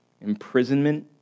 imprisonment